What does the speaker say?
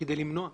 כדי למנוע.